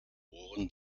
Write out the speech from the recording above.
ohren